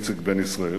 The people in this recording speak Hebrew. איציק בן-ישראל,